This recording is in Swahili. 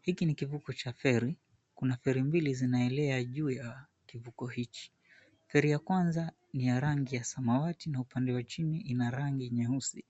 Hiki ni kivuko cha feri. Kuna feri mbili zinaelea juu ya kivuko hiki. Feri ya kwanza ni ya rangi ya samawati na upande wa chini ina rangi nyeusi.